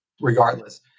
regardless